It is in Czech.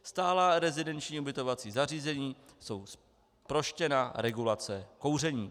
Stálá rezidenční ubytovací zařízení jsou zproštěna regulace kouření.